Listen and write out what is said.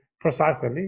precisely